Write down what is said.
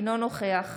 אינו נוכח